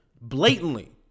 blatantly